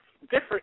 different